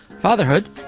Fatherhood